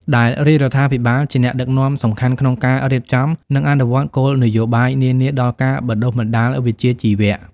ដែលរាជរដ្ឋាភិបាលជាអ្នកដឹកនាំសំខាន់ក្នុងការរៀបចំ និងអនុវត្តគោលនយោបាយនានាដល់ការបណ្តុះបណ្តាលវិជ្ជាជីវៈ។